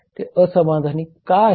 ते असमाधानी का आहेत